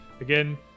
again